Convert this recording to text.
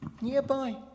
nearby